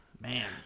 man